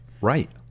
Right